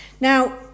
Now